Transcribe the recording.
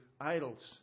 idols